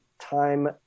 time